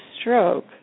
stroke